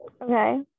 Okay